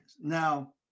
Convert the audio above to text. now